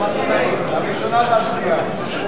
הראשונה והשנייה.